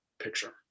picture